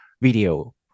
video